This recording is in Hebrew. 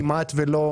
כמעט בכלל לא,